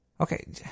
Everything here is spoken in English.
Okay